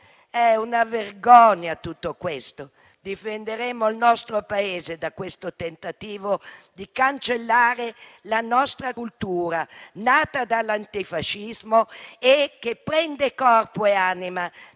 È una vergogna tutto questo. Difenderemo il nostro Paese da questo tentativo di cancellare la nostra cultura, nata dall'antifascismo e che prende corpo e anima